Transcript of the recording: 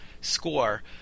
score